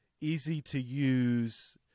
easy-to-use